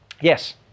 Yes